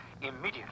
immediately